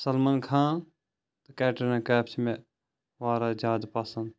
سَلمان خان تہٕ کٮ۪ٹریٖنا کیف چھِ مے واریاہ زیاد پسنٛد